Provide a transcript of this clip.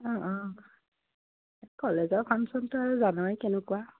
অঁ অঁ কলেজৰ ফাংশ্যনটো আৰু জানই কেনেকুৱা